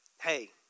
hey